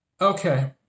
Okay